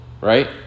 right